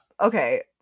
okay